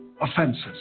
offenses